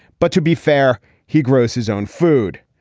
but to be fair he grows his own food.